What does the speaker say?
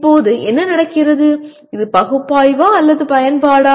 இப்போது என்ன நடக்கிறது இது பகுப்பாய்வா அல்லது பயன்பாடா